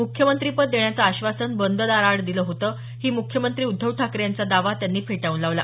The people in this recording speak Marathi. मुख्यमंत्रीपद देण्याचं आश्वासन बंद दाराआड दिलं होतं हा मुख्यमंत्री उद्धव ठाकरे यांचा दावा त्यांनी फेटाळून लावला